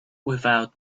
without